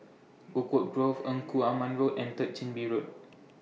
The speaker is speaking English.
Oakwood Grove Engku Aman Road and Third Chin Bee Road